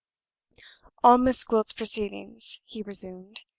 all miss gwilt's proceedings, he resumed,